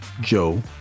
joe